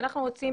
ואנחנו רוצים,